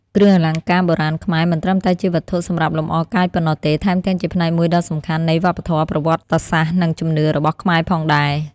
គ្រឿងអលង្ការបុរាណខ្មែរមិនត្រឹមតែជាវត្ថុសម្រាប់លម្អកាយប៉ុណ្ណោះទេ ថែមទាំងជាផ្នែកមួយដ៏សំខាន់នៃវប្បធម៌ ប្រវត្តិសាស្ត្រ និងជំនឿរបស់ខ្មែរផងដែរ។